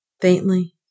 Faintly